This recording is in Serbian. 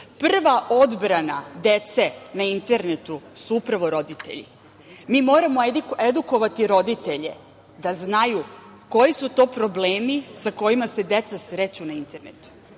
Prva odbrana dece na internetu su upravo roditelji. Mi moramo edukovati roditelje da znaju koji su to problemi sa kojima se deca sreću na internetu. Ja